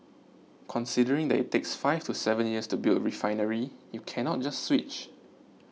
considering that it takes five to seven years to build a refinery you cannot just switch